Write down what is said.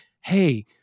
Hey